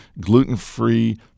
gluten-free